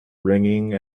ringing